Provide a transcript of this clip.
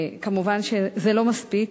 כמובן, זה לא מספיק,